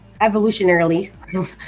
evolutionarily